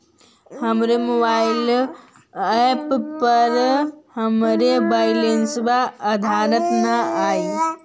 हमर mobile app पर हमर बैलेंस अद्यतन ना हई